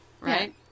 Right